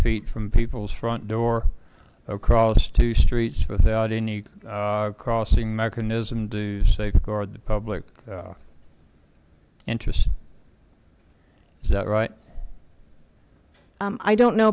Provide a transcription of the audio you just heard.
feet from people's front door across two streets without any crossing mechanism to safeguard the public interest is that right i don't know